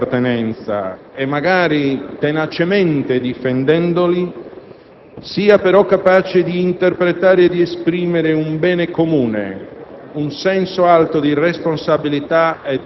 che, affermando i suoi valori di appartenenza e magari tenacemente difendendoli, sia però capace di interpretare e di esprimere un bene comune,